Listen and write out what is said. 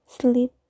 sleep